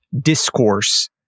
discourse